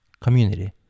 community